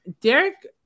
Derek